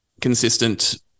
consistent